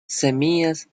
semillas